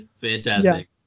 Fantastic